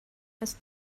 ist